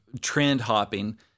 trend-hopping